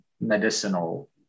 medicinal